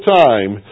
time